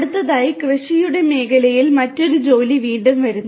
അടുത്തതായി കൃഷിയുടെ മേഖലയിൽ മറ്റൊരു ജോലി വീണ്ടും വരുന്നു